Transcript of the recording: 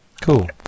Cool